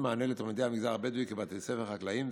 מענה לתלמידי המגזר הבדואי כבתי ספר חקלאיים,